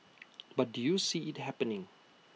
but do you see IT happening